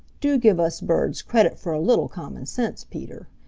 do give us birds credit for a little common sense, peter.